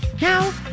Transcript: Now